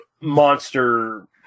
monster